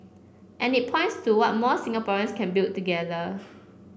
and it points to what more Singaporeans can build together